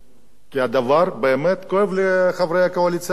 כי הדבר באמת כואב לחברי הקואליציה גם כן.